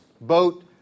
boat